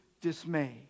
dismay